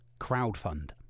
Crowdfund